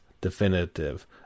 definitive